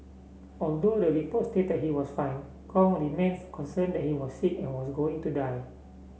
although the report stated he was fine Kong remains concerned that he was sick and was going to die